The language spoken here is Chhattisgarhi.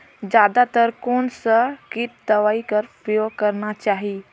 जादा तर कोन स किट दवाई कर प्रयोग करना चाही?